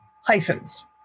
hyphens